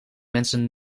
mensen